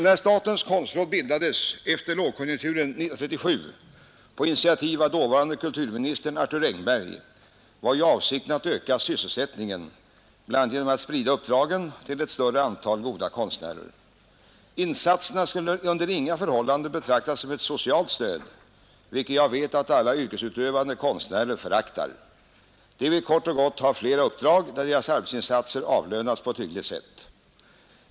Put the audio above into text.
När statens konstråd bildades efter lågkonjunkturen 1937 på initiativ av den dåvarande kulturministern Arthur Engberg var ju avsikten att öka sysselsättningen, bl.a. genom att sprida uppdragen på ett större antal goda konstnärer. Insatserna skulle under inga förhållanden betraktas som ett socialt stöd — något som jag vet att alla yrkesutövande konstnärer föraktar. De vill kort och gott ha fler uppdrag där deras arbetsinsatser avlönas på ett hyggligt sätt.